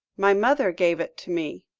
my mother gave it to me.